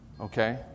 Okay